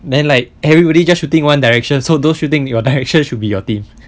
then like everybody just shooting one direction so those shooting your direction should be your team